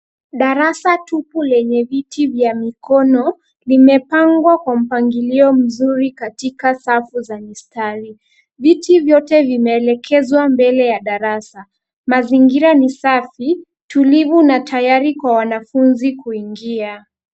Darasa tupu, lenye viti vya mikono, vimepangwa kwa mpangilio mzuri katika safu za mistari. Viti vyote vimeelekezwa mbele ya darasa. Mazingira ni safi, tulivu na tayari kwa wanafunzi kuingia.